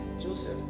Joseph